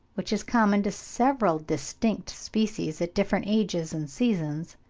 which is common to several distinct species at different ages and seasons,